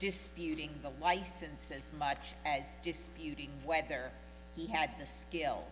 disputing the licenses much as disputing whether he had the skill